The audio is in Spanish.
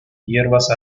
hierbas